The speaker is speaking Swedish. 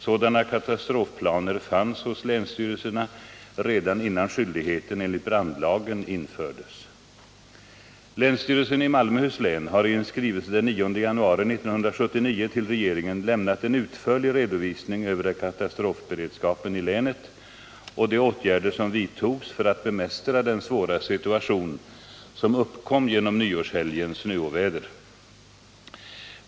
Sådana katastrofplaner fanns hos länsstyrelserna redan innan skyldigheten enligt brandlagen infördes. Länsstyrelsen i Malmöhus län har i en skrivelse den 9 januari 1979 till regeringen lämnat en utförlig redovisning över katastrofberedskapen i länet och de åtgärder som vidtogs för att bemästra den svåra situation som uppkom genom nyårshelgens snöoväder.